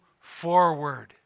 forward